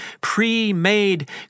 Pre-made